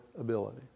ability